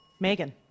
Megan